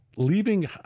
leaving